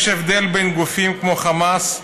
יש הבדל בין גופים כמו חמאס,